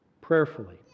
prayerfully